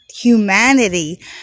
Humanity